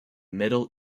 middle